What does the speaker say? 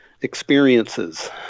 experiences